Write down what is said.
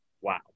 Wow